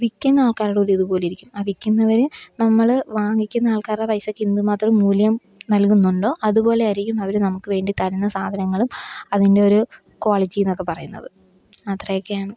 വിൽക്കുന്ന ആൾക്കാരുടെയൊരിത് പോലെയിരിക്കും ആ വിൽക്കുന്നവർ നമ്മൾ വാങ്ങിക്കുന്ന ആൾക്കാരുടെ പൈസക്കെന്തുമാത്രം മൂല്യം നൽകുന്നുണ്ടോ അതുപോലെയായിരിക്കും അവർ നമുക്ക് വേണ്ടി തരുന്ന സാധനങ്ങളും അതിന്റെയൊരു ക്വാളിറ്റിയെന്നൊക്കെ പറയുന്നത് അത്രയൊക്കെയാണ്